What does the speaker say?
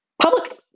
Public